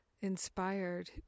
inspired